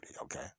Okay